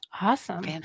Awesome